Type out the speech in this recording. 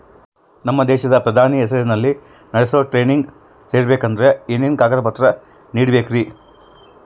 ನಮ್ಮ ದೇಶದ ಪ್ರಧಾನಿ ಹೆಸರಲ್ಲಿ ನಡೆಸೋ ಟ್ರೈನಿಂಗ್ ಸೇರಬೇಕಂದರೆ ಏನೇನು ಕಾಗದ ಪತ್ರ ನೇಡಬೇಕ್ರಿ?